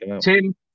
Tim